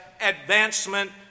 advancement